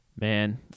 Man